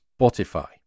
Spotify